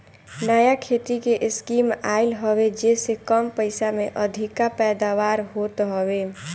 नया खेती के स्कीम आइल हवे जेसे कम पइसा में अधिका पैदावार होत हवे